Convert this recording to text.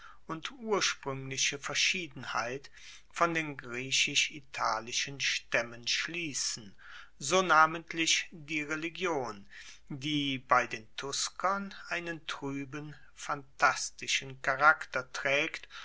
und urspruengliche verschiedenheit von den griechisch italischen staemmen schliessen so namentlich die religion die bei den tuskern einen trueben phantastischen charakter traegt